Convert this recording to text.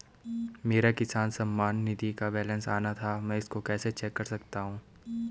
मेरा किसान सम्मान निधि का बैलेंस आना था मैं इसको कैसे चेक कर सकता हूँ?